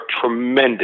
tremendous